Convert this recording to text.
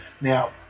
Now